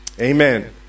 Amen